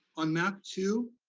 on map two,